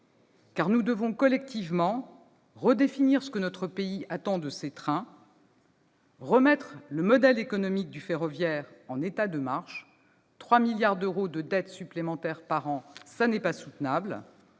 Car nous devons collectivement redéfinir ce que notre pays attend de ses trains, remettre le modèle économique en état de marche- 3 milliards d'euros de dette par an, ce n'est pas soutenable